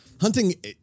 Hunting